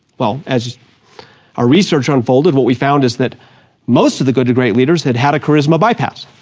well, as our research unfolded what we found is that most of the good to great leaders had had a charisma bypass.